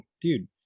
Dude